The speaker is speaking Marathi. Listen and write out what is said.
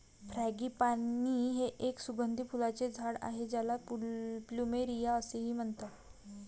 फ्रँगीपानी हे एक सुगंधी फुलांचे झाड आहे ज्याला प्लुमेरिया असेही म्हणतात